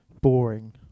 Boring